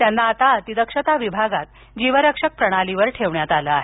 त्यांना अतिदक्षता विभागात जीवरक्षक प्रणालीवर ठेवण्यात आले आहे